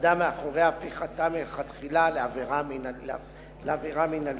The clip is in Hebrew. שעמדה מאחורי הפיכתה מלכתחילה לעבירה מינהלית.